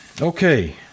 Okay